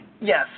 yes